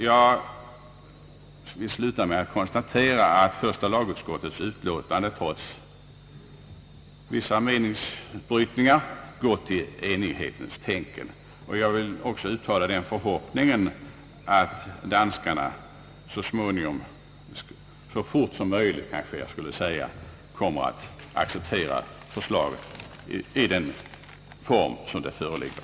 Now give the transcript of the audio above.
Slutligen vill jag konstatera att första lagutskottets utlåtande, trots vissa meningsbrytningar vid utskottsarbetet, till sist gått i enighetens tecken, och jag vill också uttala förhoppningen att danskarna så småningom — så fort som möjligt, kanske jag skulle säga — kommer att acceptera förslaget i den form som det föreligger.